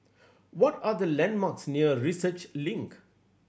what are the landmarks near Research Link